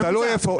תלוי איפה.